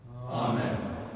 Amen